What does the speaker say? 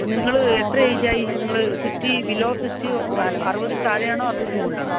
ഇപ്പോൾ നിങ്ങൾ എത്ര ഏജ് ആയി നിങ്ങൾ സിക്സ്റ്റി ബിലോ സിക്സ്റ്റി അറുപതിന് താഴെ ആണോ അറുപതിന് മുകളിൽ ആണോ